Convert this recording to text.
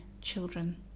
children